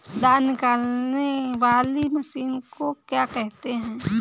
धान निकालने वाली मशीन को क्या कहते हैं?